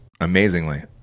amazingly